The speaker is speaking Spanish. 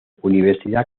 universidad